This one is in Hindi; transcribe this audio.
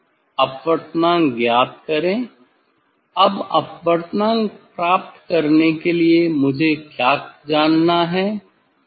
अपवर्तनांक ज्ञात करें अब अपवर्तनांक प्राप्त करने के लिए मुझे क्या जानना है